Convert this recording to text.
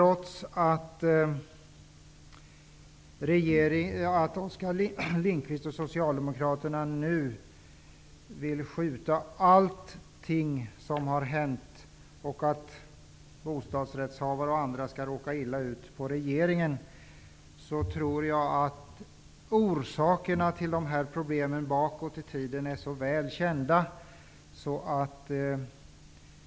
Oskar Lindkvist och Socialdemokraterna vill skylla allting som har hänt -- t.ex. det faktum att bostadsrättshavare och andra råkar illa ut -- på regeringen. Trots det tror jag att orsakerna till problemen bakåt i tiden är så väl kända.